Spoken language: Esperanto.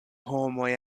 homoj